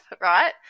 right